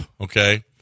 okay